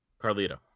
Carlito